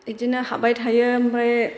बिदिनो हाब्बाय थायो ओमफ्राय